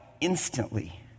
instantly